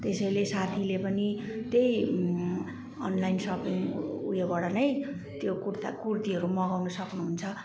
त्यसैले साथीले पनि त्यही अनलाइन सपिङ उयोबाट नै त्यो कुर्ता कुर्तीहरू मगाउनु सक्नुहुन्छ